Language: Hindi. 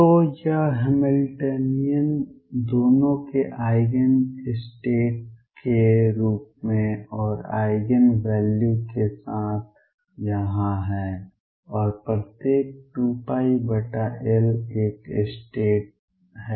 तो यह हैमिल्टनियन दोनों के आइगेन स्टेट के रूप में और आइगेन वैल्यू के साथ यहां है और प्रत्येक 2πL एक states है